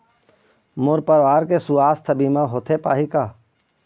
मोर परवार के सुवास्थ बीमा होथे पाही का?